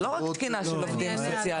זו לא רק תקינה של עובדים סוציאליים.